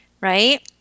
right